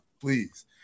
Please